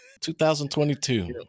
2022